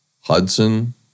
Hudson